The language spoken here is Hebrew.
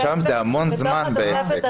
45 יום זה המון זמן בעצם.